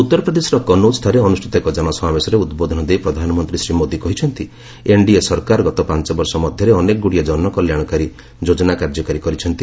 ଉଉରପ୍ରଦେଶର କନୌଜ୍ଠାରେ ଅନୁଷ୍ଠିତ ଏକ ଜନସମାବେଶରେ ଉଦ୍ବୋଧନ ଦେଇ ପ୍ରଧାନମନ୍ତ୍ରୀ ଶ୍ରୀ ମୋଦି କହିଛନ୍ତି ଏନ୍ଡିଏ ସରକାର ଗତ ପାଞ୍ଚ ବର୍ଷ ମଧ୍ୟରେ ଅନେକଗ୍ରଡ଼ିଏ ଜନକଲ୍ୟାଣକାରୀ ଯୋଜନା କାର୍ଯ୍ୟକାରୀ କରିଛନ୍ତି